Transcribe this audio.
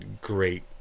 Great